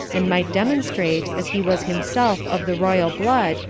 and might demonstrate, as he was himself of the royal blood,